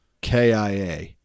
KIA